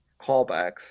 callbacks